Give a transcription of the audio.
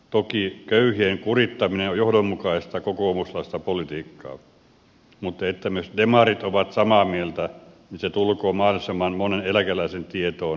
toki köyhien kurittaminen on johdonmukaista kokoomuslaista politiikkaa mutta että myös demarit ovat samaa mieltä se tulkoon mahdollisimman monen eläkeläisen tietoon ennen eduskuntavaaleja